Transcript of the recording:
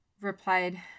replied